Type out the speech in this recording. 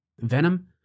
Venom